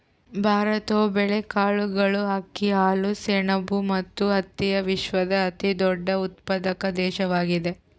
ಭಾರತವು ಬೇಳೆಕಾಳುಗಳು, ಅಕ್ಕಿ, ಹಾಲು, ಸೆಣಬು ಮತ್ತು ಹತ್ತಿಯ ವಿಶ್ವದ ಅತಿದೊಡ್ಡ ಉತ್ಪಾದಕ ದೇಶವಾಗಿದೆ